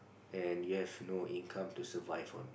and you have no income to survive on